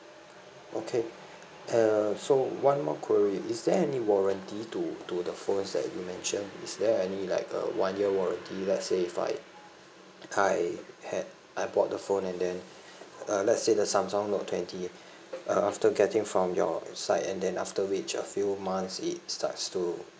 okay uh so one more query is there any warranty to to the phones that you mentioned is there any like uh one year warranty let's say if I I had I bought the phone and then uh let's say the samsung note twenty uh after getting from your site and then after which a few months it starts to